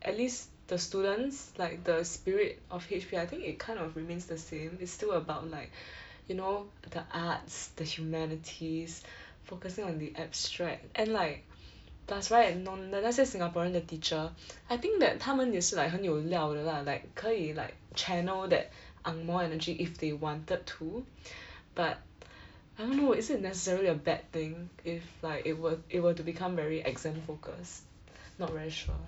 at least the students like the spirit of H_P I think it kind of remains the same it's still about like you know the arts the humanities focusing on the abstract and like does right non 的 let's say Singaporean 的 teacher I think that 他们也是 like 很有料的啦 like 可以 like channel that angmoh energy if they wanted to but I don't know is that necessarily a bad thing if like it were it were to become very like exam-focused not very sure